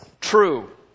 true